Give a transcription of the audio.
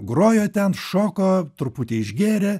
grojo ten šoko truputį išgėrė